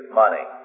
money